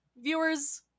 Viewers